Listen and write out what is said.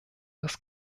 das